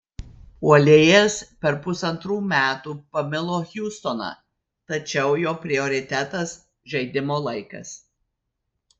puolėjas per pusantrų metų pamilo hjustoną tačiau jo prioritetas žaidimo laikas